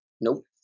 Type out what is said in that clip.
Nope